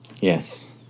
Yes